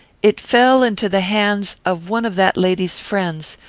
it fell into the hands of one of that lady's friends,